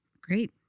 Great